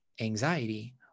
anxiety